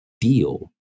deal